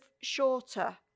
shorter